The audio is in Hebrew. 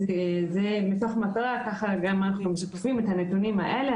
אז מתוך מטרה כזו אנחנו משקפים גם את הנתונים האלה,